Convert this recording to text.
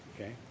okay